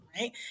right